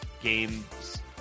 games